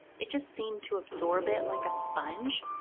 it just seemed to absorb it like a sponge.